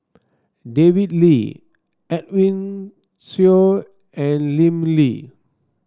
David Lee Edwin Siew and Lim Lee